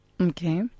Okay